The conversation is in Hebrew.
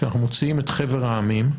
כשאנחנו מוציאים את חבר העמים,